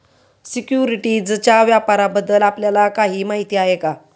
सिक्युरिटीजच्या व्यापाराबद्दल आपल्याला काही माहिती आहे का?